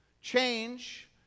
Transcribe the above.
change